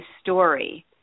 story